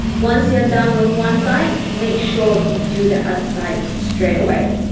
once you're done with one side make sure you do the other side straightaway